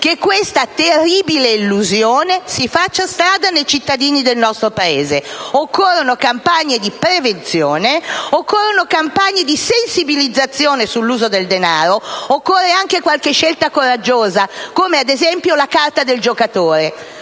che questa terribile illusione si faccia strada nei cittadini del nostro Paese. Occorrono campagne di prevenzione, di sensibilizzazione sull'uso del denaro e anche qualche scelta coraggiosa come, ad esempio, la carta del giocatore: